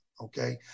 okay